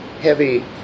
heavy